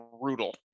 brutal